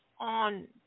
On